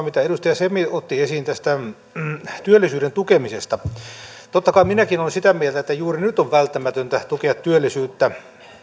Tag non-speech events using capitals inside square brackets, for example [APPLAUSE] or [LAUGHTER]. [UNINTELLIGIBLE] mitä edustaja semi otti esiin tästä työllisyyden tukemisesta totta kai minäkin olen sitä mieltä että juuri nyt on välttämätöntä tukea työllisyyttä